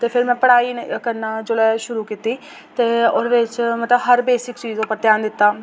ते फिर में पढ़ाई करना जोल्लै शुरू कीती ते ओह्दे बिच मतलब हर बेसिक चीज़ उप्पर ध्यान दित्ता